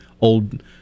old